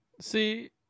See